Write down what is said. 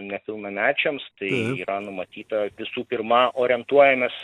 nepilnamečiams tai yra numatyta visų pirma orientuojamės